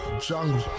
Jungle